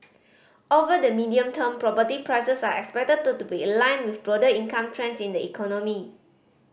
over the medium term property prices are expected to to be aligned with broader income trends in the economy